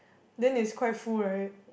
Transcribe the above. then it's quite full right